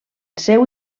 seu